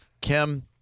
Kim